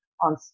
on